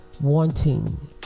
Wanting